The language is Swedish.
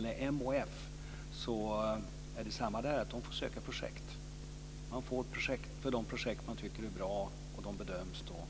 Detsamma gäller för MHF, de får söka. Man får stöd för de projekt som bedöms vara bra.